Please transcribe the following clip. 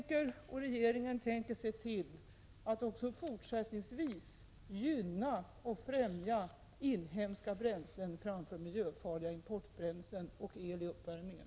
Regeringen tänker se till att också fortsättningsvis gynna och främja inhemska bränslen framför miljöfarliga importbränslen och el i uppvärmningen.